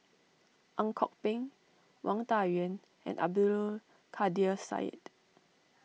Ang Kok Peng Wang Dayuan and Abdul Kadir Syed